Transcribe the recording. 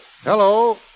Hello